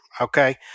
okay